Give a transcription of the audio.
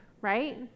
right